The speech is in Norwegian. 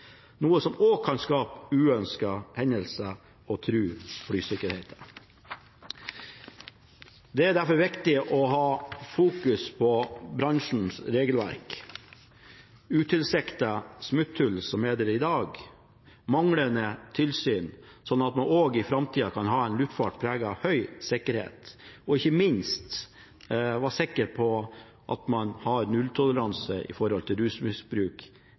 noe som også kan skape uønskede hendelser og true flysikkerheten. Det er derfor viktig å fokusere på bransjens regelverk, utilsiktede smutthull som er der i dag, og manglende tilsyn, slik at man også i framtida kan ha en luftfart preget av høy sikkerhet og ikke minst være sikker på at man har nulltoleranse for rusmisbruk i